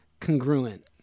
congruent